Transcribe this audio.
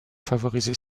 favoriser